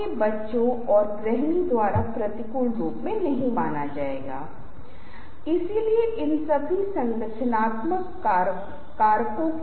आसन जो नहीं करने चाहिएयह बारबरा अथवा एलन से लिया गया है मैं इसे आपके साथ साझा करूँगा